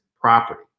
property